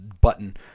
Button